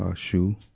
um shu.